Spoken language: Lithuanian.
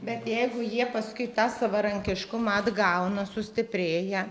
bet jeigu jie paskui tą savarankiškumą atgauna sustiprėja